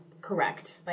correct